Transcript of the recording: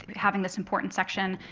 having this important section,